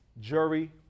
jury